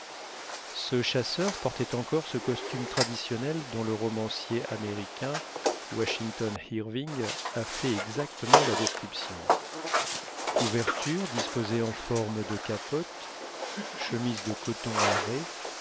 ce chasseur portait encore ce costume traditionnel dont le romancier américain washington irving a fait exactement la description couverture disposée en forme de capote chemise de coton